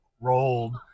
rolled